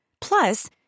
Plus